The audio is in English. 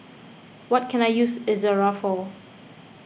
what can I use Ezerra for